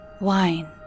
Wine